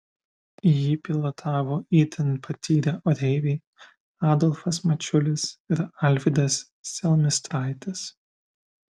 jį pilotavo itin patyrę oreiviai adolfas mačiulis ir alvydas selmistraitis